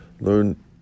learn